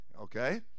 Okay